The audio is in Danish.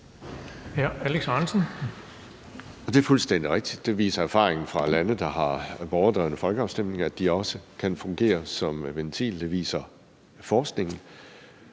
Det er fuldstændig rigtigt. Erfaringen fra lande, der har borgerdrevne folkeafstemninger viser, at de også kan fungere som ventil. Det viser forskningen.